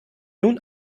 nun